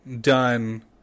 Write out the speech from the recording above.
done